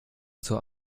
zur